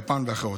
יפן ואחרות,